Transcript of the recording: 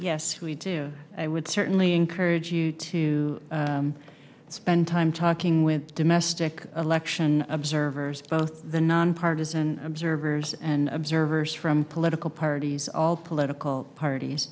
yes we do i would certainly encourage you to spend time talking with domestic election observers both the nonpartisan observers and observers from political parties all political parties